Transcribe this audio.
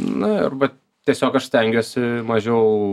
na ir va tiesiog aš stengiuosi mažiau